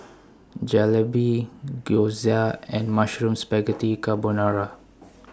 Jalebi Gyoza and Mushroom Spaghetti Carbonara